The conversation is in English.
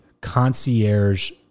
concierge